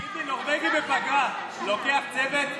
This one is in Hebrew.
תגיד לי, נורבגי בפגרה לוקח צוות?